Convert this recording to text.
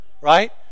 right